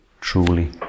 truly